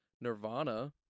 Nirvana